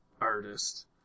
artist